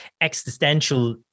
existential